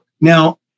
now